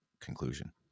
conclusion